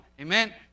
Amen